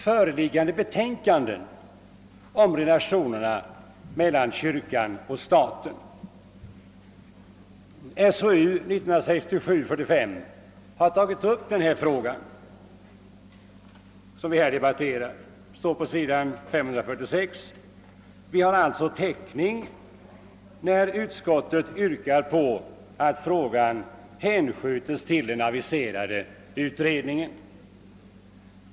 — »föreliggande betänkanden om relationerna mellan kyrkan och staten.» SOU 1967:45 har på s. 546 tagit upp den fråga som vi här debatterar. Vi har alltså täckning när utskottet yrkar på att frågan hänskjutes till den aviserade utredningen.